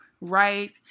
right